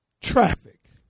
traffic